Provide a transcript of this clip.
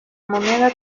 moneda